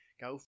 Go